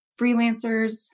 freelancers